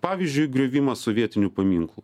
pavyzdžiui griovimas sovietinių paminklų